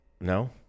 No